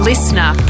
Listener